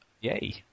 Yay